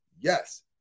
Yes